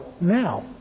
now